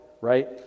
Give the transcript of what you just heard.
right